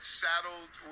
saddled